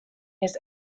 his